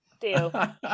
Deal